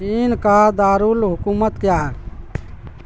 چین کا دارالحکومت کیا ہے